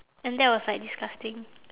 and that was like disgusting